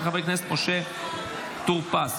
של חבר הכנסת משה טור פז.